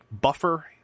buffer